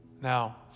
Now